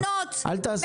אל תעשה את זה.